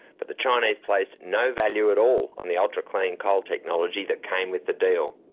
but the chinese placed no value at all on the ultra clean coal technology that came with the deal.